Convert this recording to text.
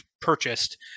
purchased